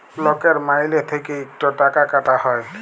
লকের মাইলে থ্যাইকে ইকট টাকা কাটা হ্যয়